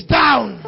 down